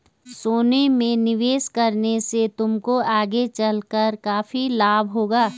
सोने में निवेश करने से तुमको आगे चलकर काफी लाभ होगा